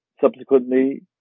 subsequently